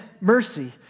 mercy